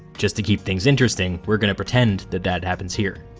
just to keep things interesting, we're going to pretend that that happens here.